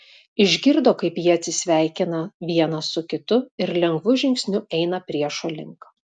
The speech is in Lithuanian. išgirdo kaip jie atsisveikina vienas su kitu ir lengvu žingsniu eina priešo link